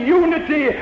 unity